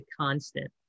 constant